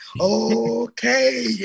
Okay